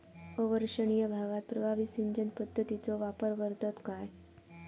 अवर्षणिय भागात प्रभावी सिंचन पद्धतीचो वापर करतत काय?